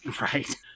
Right